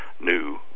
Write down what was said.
new